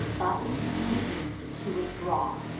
but, beaten, to withdraw.